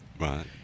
Right